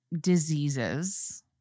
diseases